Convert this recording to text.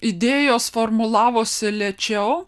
idėjos formulavosi lėčiau